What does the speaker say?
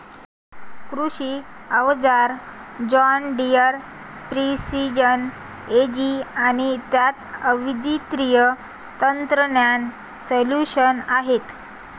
कृषी अवजारे John Deere precision AG आणि त्यात अद्वितीय तंत्रज्ञान सोल्यूशन्स आहेत